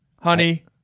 Honey